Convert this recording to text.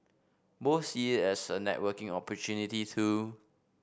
both see it as a networking opportunity too